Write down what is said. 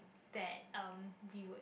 that um we would